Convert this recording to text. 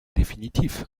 définitif